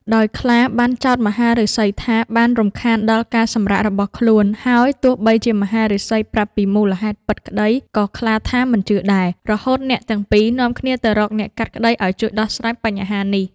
ដោយខ្លាបានចោទមហាឫសីថាបានរំខានដល់ការសម្រាករបស់ខ្លួន ហើយទោះបីជាមហាឫសីប្រាប់ពីមូលហេតុពិតក្តី ក៏ខ្លាថាមិនជឿដែរ រហូតអ្នកទាំងពីរនាំគ្នាទៅរកអ្នកកាត់ក្តីឱ្យជួយដោះស្រាយបញ្ហានេះ។